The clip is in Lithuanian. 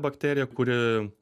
bakterija kuri